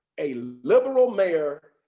a liberal mayor,